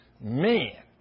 Man